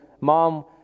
mom